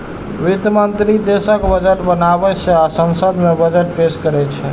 वित्त मंत्री देशक बजट बनाबै छै आ संसद मे बजट पेश करै छै